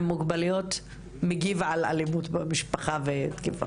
מוגבלויות מגיב על אלימות במשפחה ותקיפה מינית.